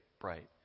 bright